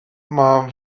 mae